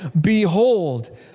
Behold